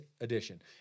edition